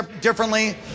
differently